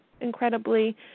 incredibly